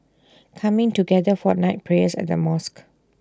coming together for night prayers at the mosque